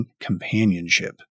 companionship